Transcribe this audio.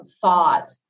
thought